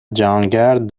جهانگرد